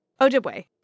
Ojibwe